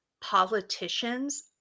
politicians